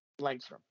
Langstrom